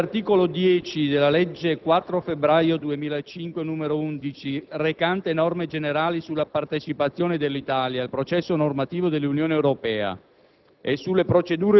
detto che l'articolo 10 della legge 4 febbraio 2005, n. 11, recante norme generali sulla partecipazione dell'Italia al processo normativo dell'Unione Europea